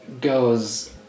goes